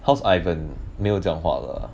how's ivan 没有讲话了